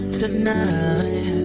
tonight